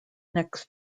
next